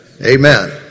Amen